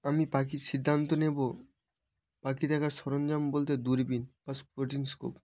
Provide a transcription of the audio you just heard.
আমি পাখির সিদ্ধান্ত নেবো পাখি দেখার সরঞ্জাম বলতে দূরবিন বা স্পটিং স্কোপ